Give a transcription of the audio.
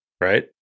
right